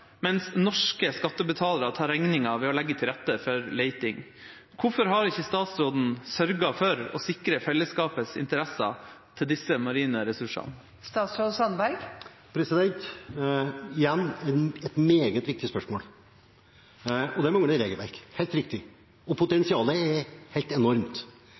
mens norske skattebetalere tar regningen ved å legge til rette for leting. Hvorfor har ikke statsråden sørget for å sikre fellesskapets interesser til disse marine ressursene?» Igjen et meget viktig spørsmål. Det mangler regelverk – helt riktig – og potensialet er helt enormt.